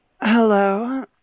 Hello